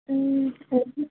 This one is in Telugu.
అ